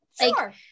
Sure